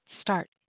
start